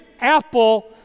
apple